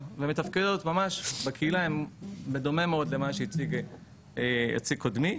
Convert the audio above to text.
ומתפקדות ממש בקהילה בדומה מאוד למה שהציג קודמי.